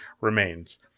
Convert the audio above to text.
remains